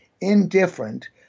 indifferent